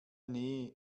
nee